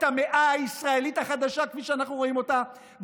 המאה הישראלית החדשה כפי שאנחנו רואים אותה,